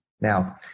Now